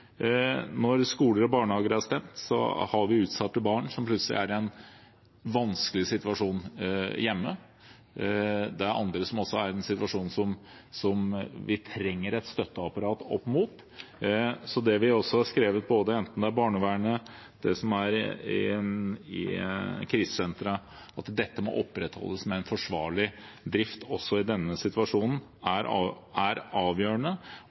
Når skoler og barnehager er stengt, har vi utsatte barn som plutselig er i en vanskelig situasjon hjemme, og det er også andre som er i en situasjon som vi trenger et støtteapparat for. Vi har skrevet at det er avgjørende at barnevernet og krisesentrene må opprettholdes med en forsvarlig drift også i denne situasjonen, og at vi klarer å følge det opp nøyere framover. Overfor næringslivet er